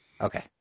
Okay